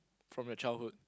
from your childhood